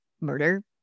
murder